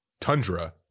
tundra